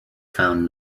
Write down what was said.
found